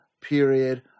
period